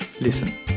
Listen